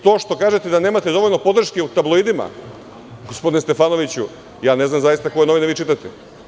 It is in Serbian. To što kažete da nemate dovoljno podrške u tabloidima, gospodine Stefanoviću, ne znam zaista koje novine vi čitate.